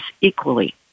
equally